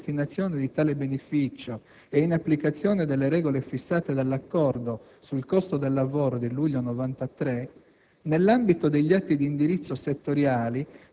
Lo stesso documento stabilisce che ai fini della destinazione di tale beneficio, e in applicazione delle regole fissate dall'accordo sul costo del lavoro del luglio 1993,